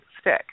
stick